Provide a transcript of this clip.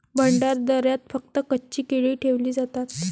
भंडारदऱ्यात फक्त कच्ची केळी ठेवली जातात